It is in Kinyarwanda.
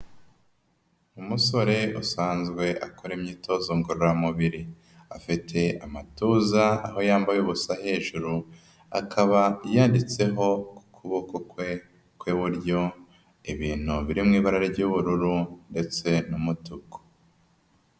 Umusore usanzwe akora imyitozo ngororamubiri, afite amatuza aba yambaye ubusa hejuru, akaba yanditseho ku kuboko kwe ku iburyo ibintu biri mu ibara ry'ubururu ndetse n'umutuku.